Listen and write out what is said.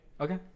Okay